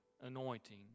anointing